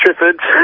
triffids